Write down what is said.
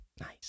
Nice